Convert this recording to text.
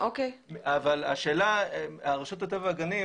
אבל רשות הטבע והגנים,